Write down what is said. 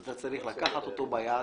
אתה צריך לקחת אותו ביד,